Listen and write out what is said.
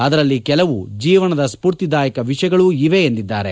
ಅದರಲ್ಲಿ ಕೆಲವು ಜೀವನದ ಸ್ವೂರ್ತಿದಾಯಕ ವಿಷಯಗಳೂ ಇವೆ ಎಂದಿದ್ದಾರೆ